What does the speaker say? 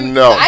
no